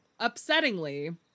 upsettingly